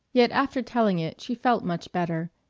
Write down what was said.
yet after telling it she felt much better,